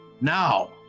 Now